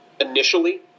initially